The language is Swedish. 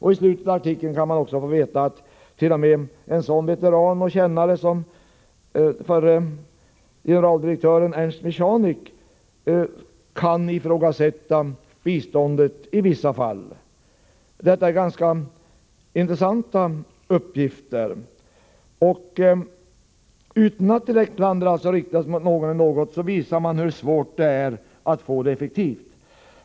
I slutet av artikeln får man veta att t.o.m. en sådan veteran och kännare som förre generaldirektören Ernst Michanek kan ifrågasätta biståndet i vissa fall. Detta är ganska intressanta uppgifter. Utan att alltså direkt klander riktas mot någon person eller mot någon viss verksamhet visas hur svårt det är att få biståndet effektivt.